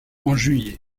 juillet